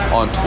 on